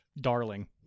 Darling